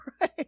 Right